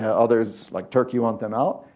others, like turkey, want them out.